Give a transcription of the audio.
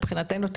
מבחינתנו,